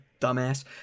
dumbass